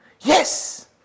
Yes